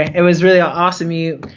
it was really ah awesome, you,